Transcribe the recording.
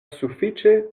sufiĉe